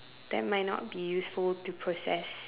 that might not be useful to process